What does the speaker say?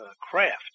craft